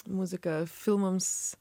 muziką filmams